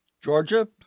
Georgia